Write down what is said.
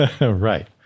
Right